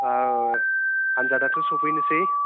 आनजादाथ' सफैनोसै